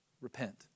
repent